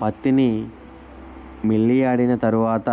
పత్తిని మిల్లియాడిన తరవాత